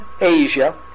Asia